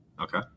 Okay